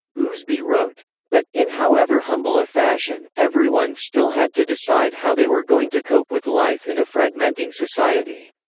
ousby wrote but, in however humble a fashion, everyone still had to decide how they were going to cope with life in a fragmenting fragmenting society.